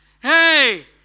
Hey